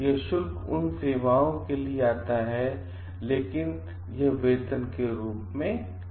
यह शुल्क उन सेवाओं के लिए आता है लेकिन यह वेतन के रूप में नहीं है